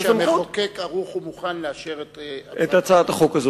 נדמה לי שהמחוקק ערוך ומוכן לאשר את הצעת החוק.